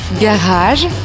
Garage